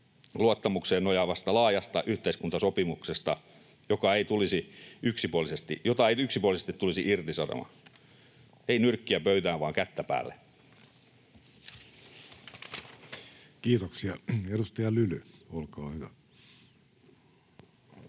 luottamukseen nojaavasta laajasta yhteiskuntasopimuksesta, jota ei yksipuolisesti tulisi irtisanoa — ei nyrkkiä pöytään vaan kättä päälle. [Speech 283] Speaker: